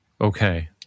Okay